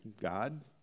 God